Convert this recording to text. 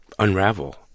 unravel